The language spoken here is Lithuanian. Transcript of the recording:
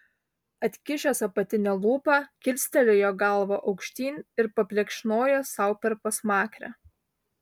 atkišęs apatinę lūpą kilstelėjo galvą aukštyn ir paplekšnojo sau per pasmakrę